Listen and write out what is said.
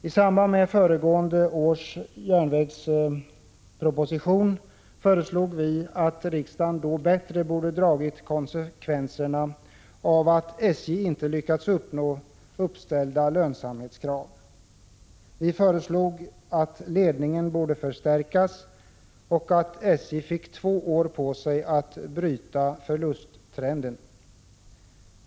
I samband med föregående års järnvägsproposition föreslog vi att riksdagen då bättre borde ha dragit konsekvenserna av att SJ inte lyckats uppnå uppställda lönsamhetskrav. Vi föreslog att ledningen borde förstärkas och att SJ fick två år på sig att bryta förlusttrenden.